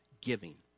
giving